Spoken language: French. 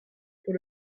pour